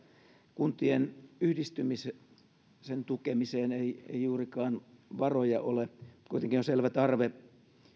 kuntien yhdistymisen tukemiseen ei juurikaan varoja ole kuitenkin on selvä tarve